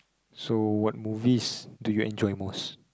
so what movies do you enjoy most